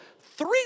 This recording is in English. Three